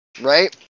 right